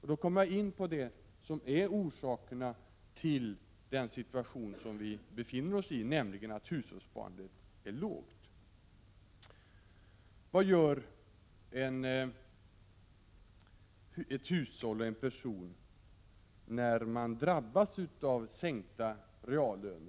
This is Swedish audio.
Jag kommer därmed in på orsaken till den situation vi befinner oss i, nämligen att hushållssparandet är lågt. Vad gör ett hushåll och en person som drabbas av sänkt reallön?